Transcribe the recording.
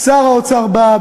שר האוצר בא,